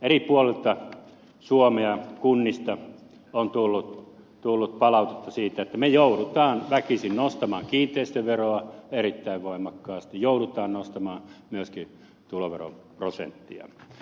eri puolilta suomea kunnista on tullut palautetta siitä että me joudumme väkisin nostamaan kiinteistöveroa erittäin voimakkaasti joudumme nostamaan myöskin tuloveroprosenttia